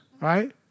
right